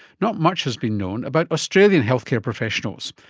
not much has been known about australian healthcare professionals,